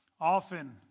Often